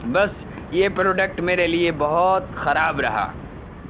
بس یہ پروڈکٹ میرے لیے بہت خراب رہا